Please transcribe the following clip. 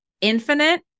infinite